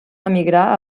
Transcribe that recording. emigrar